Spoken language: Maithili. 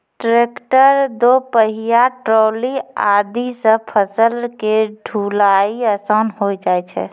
ट्रैक्टर, दो पहिया ट्रॉली आदि सॅ फसल के ढुलाई आसान होय जाय छै